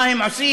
מה הם עושים